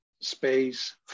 space